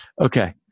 Okay